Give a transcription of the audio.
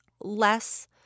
less